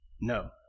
No